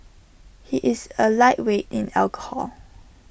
he is A lightweight in alcohol